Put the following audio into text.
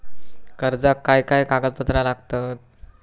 कर्जाक काय काय कागदपत्रा लागतत?